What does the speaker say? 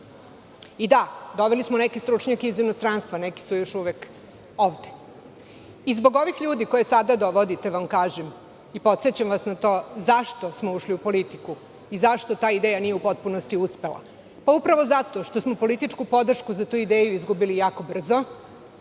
njih. Da, doveli smo neke stručnjake iz inostranstva, neki su još uvek ovde. Zbog ovih ljudi koje sada dovodite vam kažem i podsećam vas na to, zašto smo ušli u politiku, i zašto ta ideja nije u potpunosti uspela? Upravo zato što smo političku podršku za tu ideju izgubili jako brzo,